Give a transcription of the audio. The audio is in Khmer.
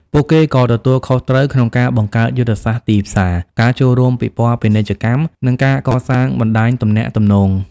ពួកគេក៏ទទួលខុសត្រូវក្នុងការ បង្កើតយុទ្ធសាស្ត្រទីផ្សារ ការចូលរួមពិព័រណ៍ពាណិជ្ជកម្ម និងការកសាងបណ្ដាញទំនាក់ទំនង។